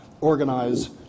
organize